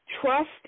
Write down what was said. trust